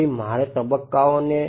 તેથી મારે તબ્બકાઓને